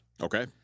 Okay